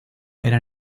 eran